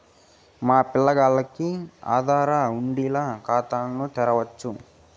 మా పిల్లగాల్లకి ఆదారు వుండిన ఖాతా తెరవచ్చు